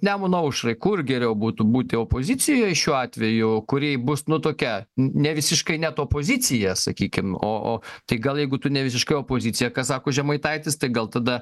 nemuno aušrai kur geriau būtų būti opozicijoj šiuo atveju kuri bus nu tokia nevisiškai net opozicija sakykim o o tai gal jeigu tu nevisiškai opozicija ką sako žemaitaitis tai gal tada